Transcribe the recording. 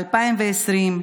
ב-2020,